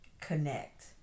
connect